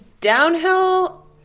downhill